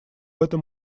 этом